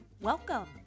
Welcome